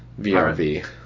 VRV